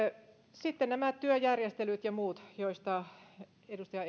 sitten nämä työjärjestelyt ja muut joista edustaja